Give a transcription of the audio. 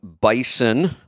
Bison